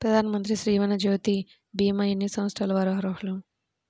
ప్రధానమంత్రి జీవనజ్యోతి భీమా ఎన్ని సంవత్సరాల వారు అర్హులు?